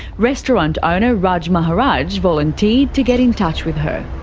restaurant owner raj maharaj volunteered to get in touch with her.